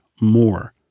more